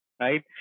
right